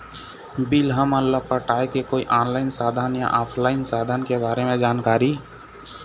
Bill हमन ला पटाए के कोई ऑनलाइन साधन या ऑफलाइन साधन के बारे मे जानकारी?